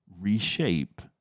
reshape